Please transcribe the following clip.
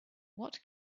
what